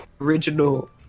original